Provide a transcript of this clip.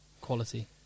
quality